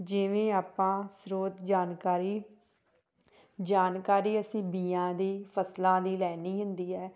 ਜਿਵੇਂ ਆਪਾਂ ਸਰੋਤ ਜਾਣਕਾਰੀ ਜਾਣਕਾਰੀ ਅਸੀਂ ਬੀਜਾਂ ਦੀ ਫ਼ਸਲਾਂ ਦੀ ਲੈਣੀ ਹੁੰਦੀ ਹੈ